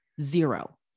zero